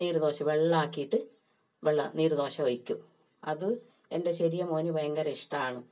നീർ ദോശ വെള്ളക്കീട്ട് വെള്ളം നീർ ദോശ ഒഴിക്കും അത് എൻ്റെ ചെറിയ മോന് ഭയങ്കര ഇഷ്ടമാണ്